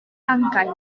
anogaeth